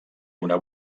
una